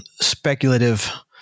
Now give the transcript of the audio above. speculative